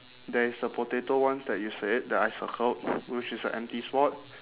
there is the potato ones that you said that I circled which is a empty spot